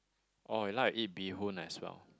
oh I like to eat Bee-Hoon as well